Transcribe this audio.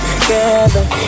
together